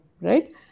right